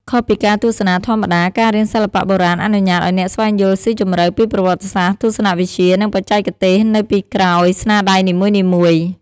ខុសពីការទស្សនាធម្មតា ការរៀនសិល្បៈបុរាណអនុញ្ញាតឱ្យអ្នកស្វែងយល់ស៊ីជម្រៅពីប្រវត្តិសាស្ត្រ ទស្សនវិជ្ជា និងបច្ចេកទេសនៅពីក្រោយស្នាដៃនីមួយៗ។